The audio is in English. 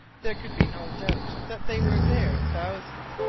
there could be no doubt that they were there in thousands,